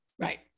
Right